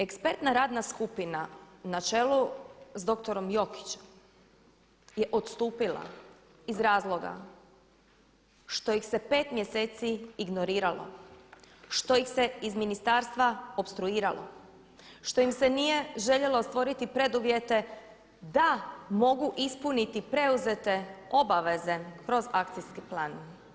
Ekspertna radna skupina na čelu s doktorom Jokićem je odstupila iz razloga što ih se pet mjeseci ignoriralo, što ih se iz ministarstva opstruiralo, što im se nije željelo stvoriti preduvjete da mogu ispuniti preuzete obaveze kroz akcijski plan.